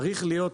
צריך להיות,